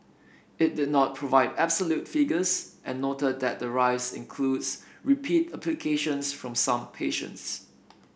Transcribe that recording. it did not provide absolute figures and noted that the rise includes repeat applications from some patients